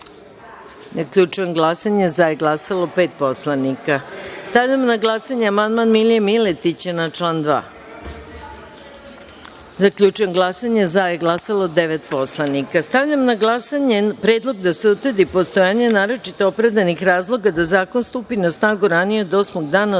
2.Zaključujem glasanje: za – pet poslanika. Stavljam na glasanje amandman Milije Miletića na član 2.Zaključujem glasanje: za – devet. Stavljam na glasanje predlog da se utvrdi postojanje naročito opravdanih razloga da zakon stupi na snagu ranije od osmog dana od dana